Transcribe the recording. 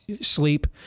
sleep